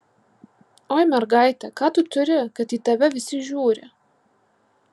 oi mergaite ką tu turi kad į tave visi žiūri